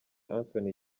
anthony